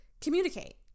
communicate